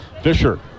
Fisher